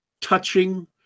touching